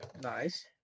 nice